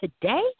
today